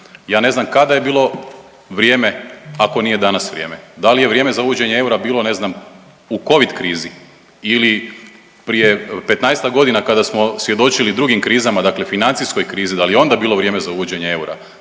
ja ne znam kada je bilo vrijeme ako nije danas vrijeme. Da li je vrijeme za uvođenje eura bilo ne znam u covid krizi ili prije petnaestak godina kada smo svjedočili drugim krizama, dakle financijskoj krizi. Da li je onda bilo vrijeme za uvođenje eura?